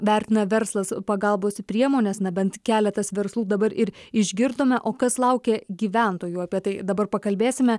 vertina verslas pagalbos priemones na bent keletas verslų dabar ir išgirdome o kas laukia gyventojų apie tai dabar pakalbėsime